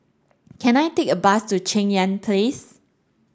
can I take a bus to Cheng Yan Place